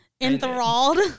enthralled